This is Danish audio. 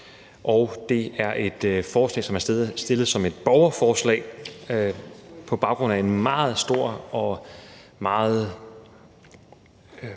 og det er et forslag, som er stillet som et borgerforslag på baggrund af en meget stor og meget